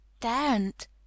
daren't